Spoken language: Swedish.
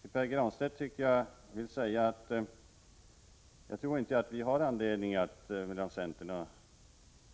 Till Pär Granstedt vill jag säga att det inte finns anledning för centerpartister och